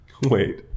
Wait